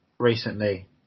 Recently